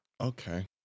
Okay